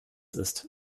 ist